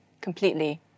completely